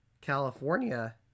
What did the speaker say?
California